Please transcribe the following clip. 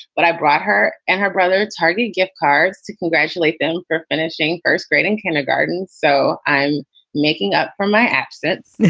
but i brought her and her brother target gift cards to congratulate them for finishing first grade in kindergarten. so i'm making up for my absence